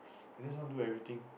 I just want do everything